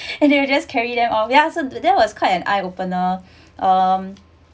and they're just carry them all ya so that was quite an eye opener um